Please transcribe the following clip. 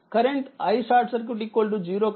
current iSC 0